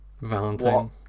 Valentine